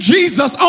Jesus